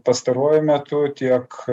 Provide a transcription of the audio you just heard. pastaruoju metu tiek